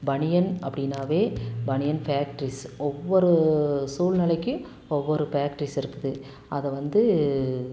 பனியன் அப்படினாவே பனியன் ஃபேக்ட்ரிஸ் ஒவ்வொரு சூல்நிலைக்கும் ஒவ்வொரு ஃபேக்ட்ரிஸ் இருக்குது அதை வந்து